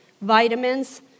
vitamins